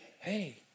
Hey